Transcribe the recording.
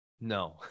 No